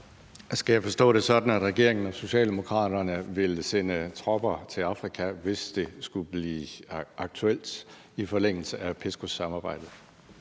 Skal jeg forstå det sådan, at regeringen og Socialdemokraterne vil sende tropper til Afrika, hvis det skulle blive aktuelt i forlængelse af PESCO-samarbejdet?